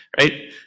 right